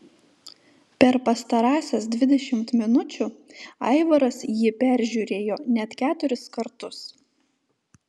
per pastarąsias dvidešimt minučių aivaras jį peržiūrėjo net keturis kartus